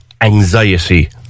anxiety